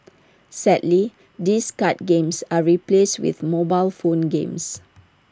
sadly these card games are replaced with mobile phone games